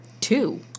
two